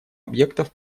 объектов